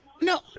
No